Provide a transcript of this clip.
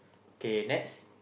okay next